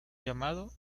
llamado